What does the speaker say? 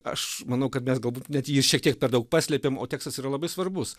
aš manau kad mes galbūt net jį šiek tiek per daug paslėpėm o tekstas yra labai svarbus